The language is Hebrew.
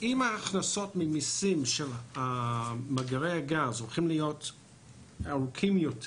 כי אם ההכנסות ממיסים של מאגרי הגז הולכים להיות ארוכים יותר